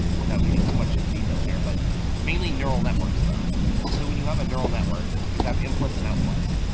without getting too much in details here, but mainly neural networks though so when you have a neural network, you have inputs and outputs.